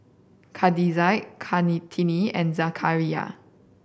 Khadija Kartini and Zakaria